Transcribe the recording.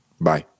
Bye